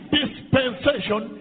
dispensation